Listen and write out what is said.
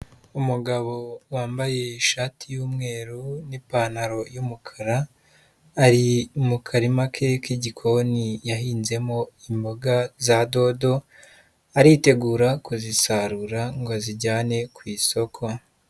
Umugabo wambaye ishati y'umweru n'ipantaro y'umukara, ari mu karima ke k'igikoni yahinzemo imboga za dodo, aritegura kuzisarura ngo azijyane ku isoko.